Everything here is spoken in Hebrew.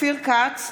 אופיר כץ,